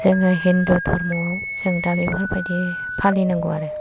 जोङो हिन्दु धर्मआव जों दा बेफोरबादि फालिनांगौ आरो